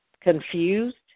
confused